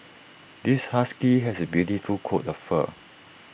this husky has A beautiful coat of fur